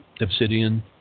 obsidian